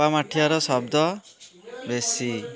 ଫମ୍ପା ମାଠିଆର ଶବ୍ଦ ବେଶୀ